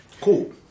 Cool